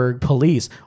police